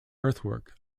earthwork